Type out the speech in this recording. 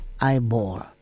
eyeball